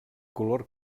color